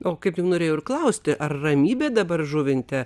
o kaip jums norėjau ir klausti ar ramybė dabar žuvinte